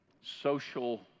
social